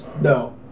No